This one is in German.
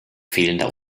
fehlender